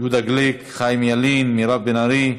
יהודה גליק, חיים ילין, מירב בן ארי,